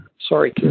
Sorry